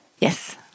Yes